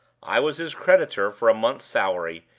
i was his creditor for a month's salary,